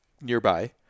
nearby